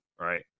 right